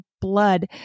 blood